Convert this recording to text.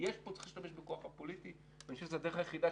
צריך להשתמש בכוח הפוליטי ואני חושב שזו הדרך היחידה